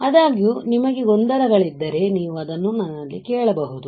ಅದಾಗ್ಯೂ ನಿಮಗೆ ಗೊಂದಲಗಳಿದ್ದರೆ ನೀವು ಅದನ್ನು ನನ್ನಲ್ಲಿ ಕೇಳಬಹುದು